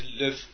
live